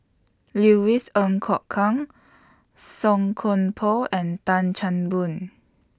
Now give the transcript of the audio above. Louis Ng Kok Kwang Song Koon Poh and Tan Chan Boon